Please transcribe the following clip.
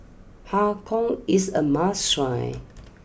Har Kow is a must try